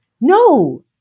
No